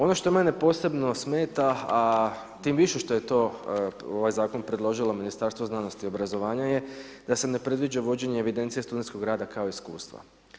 Ono što mene posebno smeta, a tim više što je to, ovaj Zakon predložilo Ministarstvo znanosti i obrazovanja je, da se ne predviđa vođenje evidencije studentskog rada kao iskustva.